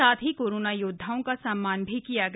साथ ही कोरोना योद्धाओं का सम्मान भी किया गया